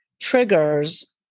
triggers